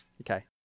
okay